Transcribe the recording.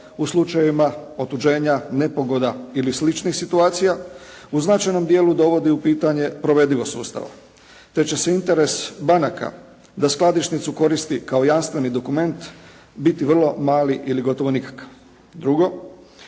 u slučajevima otuđenja, nepogoda ili sličnih situacija u značajnom dijelu dovodi u pitanje provedivost sustava te će se interes banaka da skladišnicu koristi kao jamstveni dokument biti vrlo mali ili gotovo nikakav. Drugo,